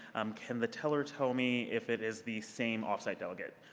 um can the teller tell me if it is the same off-site delegate?